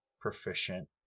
proficient